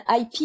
IP